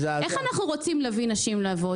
איך אנחנו רוצים להביא נשים לעבוד